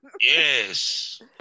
Yes